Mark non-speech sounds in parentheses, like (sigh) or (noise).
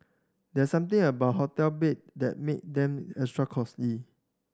there something about hotel bed that make them extra (unintelligible)